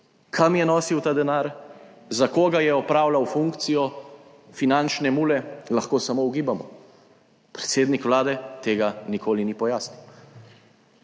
Kam je nosil ta denar, za koga je opravljal funkcijo finančne mule, lahko samo ugibamo, predsednik Vlade tega nikoli ni pojasnil.